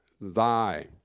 thy